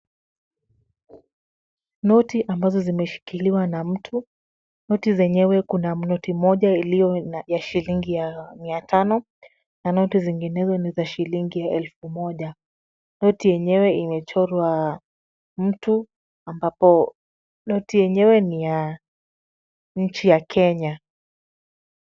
Noti ambazo zimeshikiliwa na mtu. Noti zenyewe kuna noti moja iliyo ya shilingi ya mia tano na noti zinginezo ni za shilingi elfu moja. Noti yenyewe imechorwa mtu ambapo noti yenyewe ni ya nchi ya Kenya.